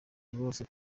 rwose